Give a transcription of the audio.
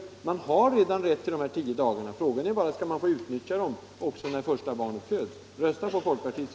Fäderna har redan rätt till de här tio dagarna. Frågan är bara: Skall man få utnyttja dem också när första barnet föds?